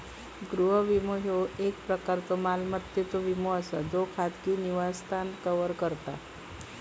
गृह विमो, ह्यो एक प्रकारचो मालमत्तेचो विमो असा ज्यो खाजगी निवासस्थान कव्हर करता